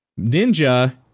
Ninja